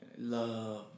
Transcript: love